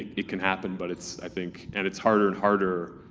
it can happen, but it's. i think. and it's harder and harder,